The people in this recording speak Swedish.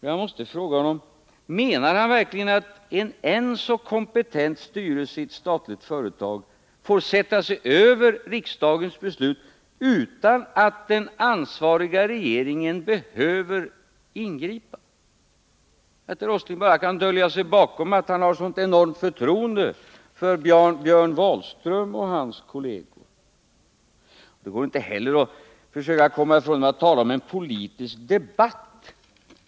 Jag måste fråga: Menar han verkligen att en än så kompetent styrelse i ett företag får sätta sig över riksdagens beslut utan att den ansvariga regeringen behöver ingripa? Kan herr Åsling bara dölja sig bakom att han har ett sådant enormt förtroende för Björn Wahlström och hans kolleger? Det går inte heller att komma ifrån detta genom att tala om en politisk debatt.